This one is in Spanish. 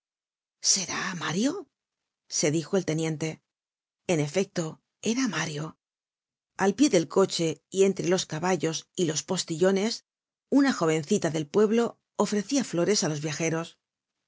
será mario se dijo el teniente en efecto era mario al pie del coche y entre los caballos y los postillones una jovencita del pueblo ofrecia flores á los viajeros